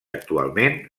actualment